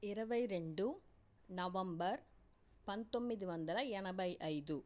ఇరవై రెండు నవంబర్ పంతొమ్మిది వందల ఎనభై అయిదు